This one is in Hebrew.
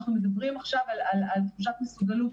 אנחנו מדברים עכשיו על תחושת מסוגלות,